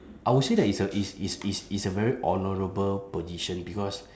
I would say that it's a it's it's it's it's a very honourable position because